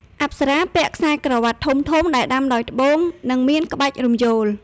អប្សរាពាក់ "ខ្សែក្រវាត់" ធំៗដែលដាំដោយត្បូង និងមានក្បាច់រំយោល។